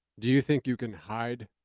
do you think you can hide